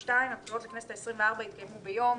2. הבחירות לכנסת העשרים וארבע יתקיימו ביום.